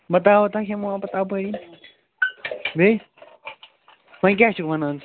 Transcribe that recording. بَتا وَتا کھٮ۪مَو پَتہٕ اَپٲری بیٚیہِ وۅنۍ کیٛاہ چھُکھ وَنان